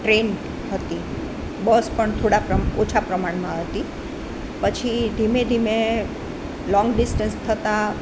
train હતી bus પણ થોડા ઓછા પ્રમાણમાં હતી પછી ધીમે ધીમે લોંગ ડિસ્ટન્સ થતાં